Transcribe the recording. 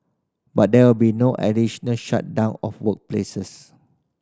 but there will be no additional shutdown of workplaces